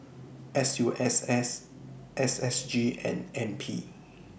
S U S S S S G and N P